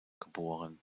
geboren